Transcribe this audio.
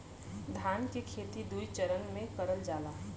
धान के खेती दुई चरन मे करल जाला